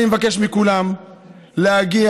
אני מבקש מכולם להגיע,